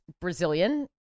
brazilian